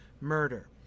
murder